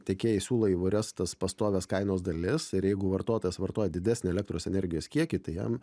tiekėjai siūlo įvairias tas pastovias kainos dalis ir jeigu vartotojas vartoja didesnį elektros energijos kiekį tai jam